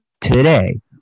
today